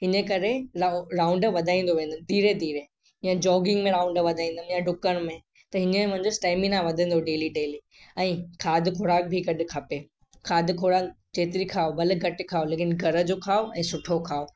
इन करे राउंड वधाईंदो वेंदुमि धीरे धीरे या जॉगिंग में राउंड वधाईंदुमि या डुकण में त हींअर मुंहिंजो स्टैमिना वधंदो डेली डेली ऐं खाद ख़ुराकु बि गॾु खपे खाद ख़ुराकु जेतिरी खाओ भले घटि खाओ लेकिन घर जो खाओ ऐं सुठो खाओ